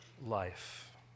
life